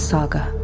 Saga